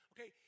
Okay